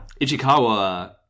Ichikawa